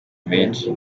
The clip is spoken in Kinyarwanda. menshi